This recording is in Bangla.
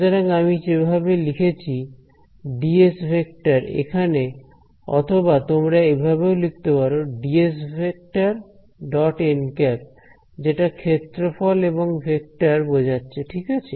সুতরাং আমি যেভাবে লিখেছি এখানে অথবা তোমরা এভাবেও লিখতে পারো যেটা ক্ষেত্রফল এবং ভেক্টর বোঝাচ্ছে ঠিক আছে